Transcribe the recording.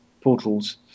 portals